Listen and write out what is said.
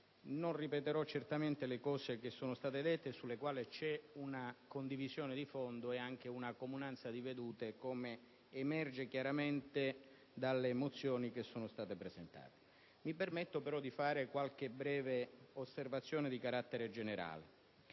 non ripeterò quanto è stato già detto su cui, peraltro, c'è una condivisione di fondo e una comunanza di vedute, come emerge chiaramente dalle mozioni che sono state presentate. Mi permetto, però, di fare qualche breve osservazione di carattere generale.